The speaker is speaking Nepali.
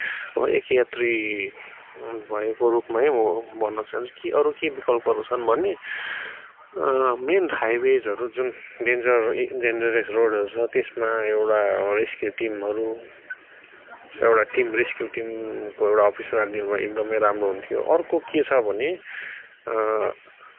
एक यात्री भएको रूपमै म भन्न चाहन्छु कि अरू के विकल्पहरू छन् भने मेन हाइवेजहरू जुन डेन्जर डेन्जरस रोडहरू छ त्यसमा एउटा रेस्क्यु टिमहरू एउटा टिम रेस्क्यु टिमको अफिस राख्दिनु भए एकदमै राम्रो हुन्थ्यो अर्को के छ भने